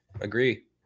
agree